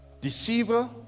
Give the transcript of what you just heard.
deceiver